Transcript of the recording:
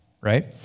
right